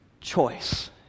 Choice